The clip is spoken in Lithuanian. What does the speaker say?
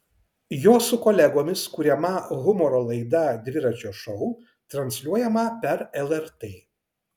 jo su kolegomis kuriama humoro laida dviračio šou transliuojama per lrt